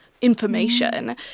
information